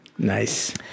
Nice